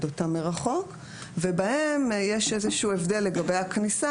אותם מרחוק ובהם יש איזשהו הבדל לגבי הכניסה,